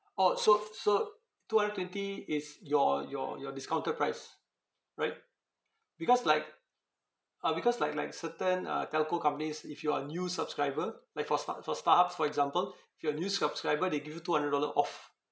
orh so so two hundred twenty is your your your discounted price right because like uh because like like certain uh telco companies if you are new subscriber like for star~ for starhubs for example if you are new subscriber they give you two hundred dollar off